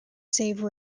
save